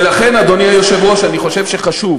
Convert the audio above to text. ולכן, אדוני היושב-ראש, אני חושב שחשוב